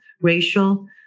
racial